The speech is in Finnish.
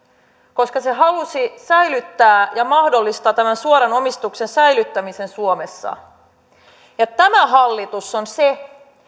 koska se halusi säilyttää ja mahdollistaa suoran omistuksen säilyttämisen suomessa tämä hallitus on se